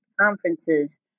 conferences